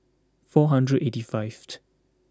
four hundred eighty fifth